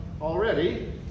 already